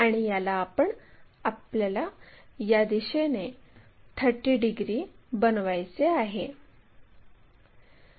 आणि याला आपल्याला या दिशेने 30 डिग्री बनवायचे आहे